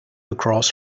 across